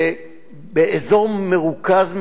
זה באזור מרוכז מאוד,